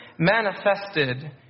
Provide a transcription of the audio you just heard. manifested